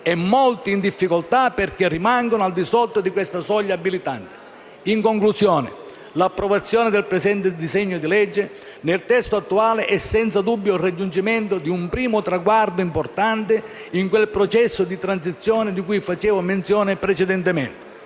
e molti sono in difficoltà, perché rimangono al di sotto di questa soglia abilitante. In conclusione, l'approvazione del presente disegno di legge, nel testo attuale, è senza dubbio il raggiungimento di un primo traguardo importante in quel processo di transizione di cui facevo menzione precedentemente: